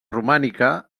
romànica